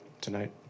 tonight